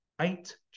eight